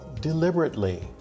deliberately